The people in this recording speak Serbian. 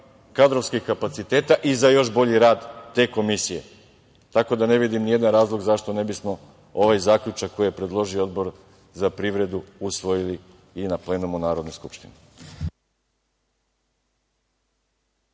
kadrovskih kapaciteta i za još bolji rad te Komisije, tako da ne vidim nijedan razlog zašto ne bismo ovaj zaključak koji je predložio Odbor za privredu usvojili i na plenumu Narodne skupštine.